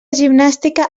gimnàstica